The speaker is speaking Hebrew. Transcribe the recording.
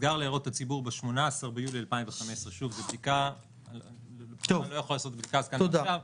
ונסגר להערות הציבור ב-18 ביולי 2015. אני לא יכול לעשות בדיקה כאן עכשיו,